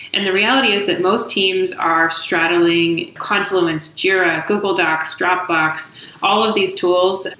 and the reality is that most teams are straddling confluence, jira, google docs, dropbox, all of these tools,